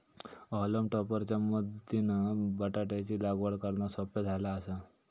हॉलम टॉपर च्या मदतीनं बटाटयाची लागवड करना सोप्या झाला आसा